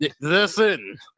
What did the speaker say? listen